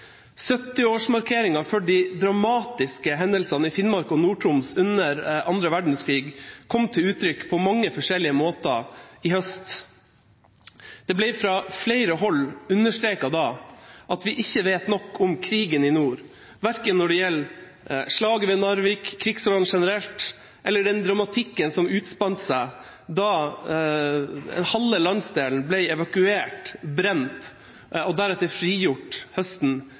de dramatiske hendelsene i Finnmark og Nord-Troms under annen verdenskrig kom til uttrykk på mange forskjellige måter sist høst. Det ble da fra flere hold understreket at vi ikke vet nok om krigen i nord, verken når det gjelder slaget ved Narvik, krigsåra generelt eller den dramatikken som utspant seg da halve landsdelen ble evakuert, brent og deretter frigjort høsten